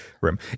room